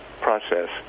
process